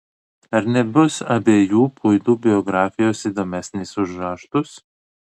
ar nebus abiejų puidų biografijos įdomesnės už raštus